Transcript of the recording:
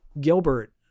Gilbert